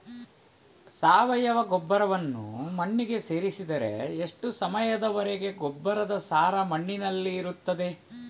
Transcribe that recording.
ಸಾವಯವ ಗೊಬ್ಬರವನ್ನು ಮಣ್ಣಿಗೆ ಸೇರಿಸಿದರೆ ಎಷ್ಟು ಸಮಯದ ವರೆಗೆ ಗೊಬ್ಬರದ ಸಾರ ಮಣ್ಣಿನಲ್ಲಿ ಇರುತ್ತದೆ?